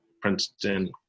Princeton